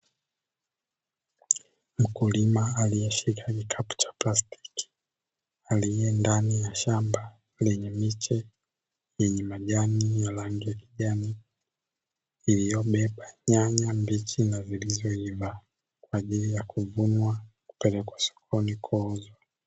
Mkulima aliyeshika kikapu cha plastiki, aliye ndani ya shamba lenye miche yenye majani ya rangi ya kijani iliyobeba nyanya mbichi na zilizoiva, kwa ajili ya kuvunwa kupelekwa sokoni kuuzwa.